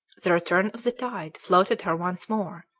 the return of the tide floated her once more.